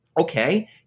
Okay